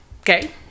Okay